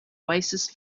oasis